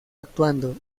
actuando